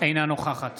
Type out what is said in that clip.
אינה נוכחת